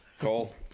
Cole